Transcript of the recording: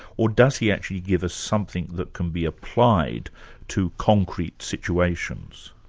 or does he actually give us something that can be applied to concrete situations?